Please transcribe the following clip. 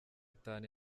itanu